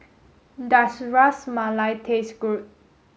does Ras Malai taste good